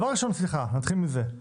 סליחה, נתחיל מזה,